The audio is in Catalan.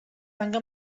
tanca